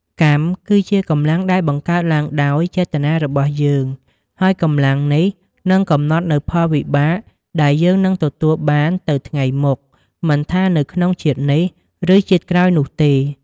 កម្មគឺជាកម្លាំងដែលបង្កើតឡើងដោយចេតនារបស់យើង ហើយកម្លាំងនេះនឹងកំណត់នូវផលវិបាកដែលយើងនឹងទទួលបានទៅថ្ងៃមុខ មិនថានៅក្នុងជាតិនេះ ឬជាតិក្រោយនោះទេ។